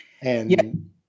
And-